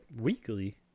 weekly